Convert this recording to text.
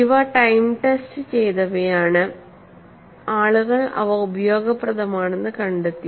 ഇവ time test ചെയ്തവയാണ് ആളുകൾ അവ ഉപയോഗപ്രദമാണെന്ന് കണ്ടെത്തി